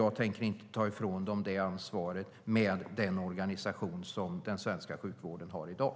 Jag tänker inte ta från dem det ansvaret, med den organisation som den svenska hälso och sjukvården har i dag.